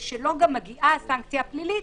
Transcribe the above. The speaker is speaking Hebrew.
ושלו מגיעה הסנקציה הפלילית,